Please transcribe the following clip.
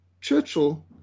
Churchill